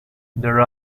there